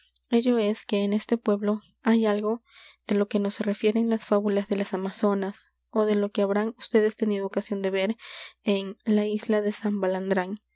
ello es que en este pueblo hay algo de lo que nos refieren las fábulas de las amazonas ó de lo que habrán ustedes tenido ocasión de ver en la isla de san balandrán